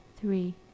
Three